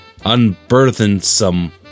unburthensome